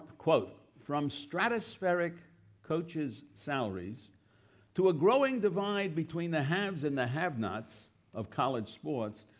from stratospheric coaches' salaries to a growing divide between the haves and the have-nots of college sports,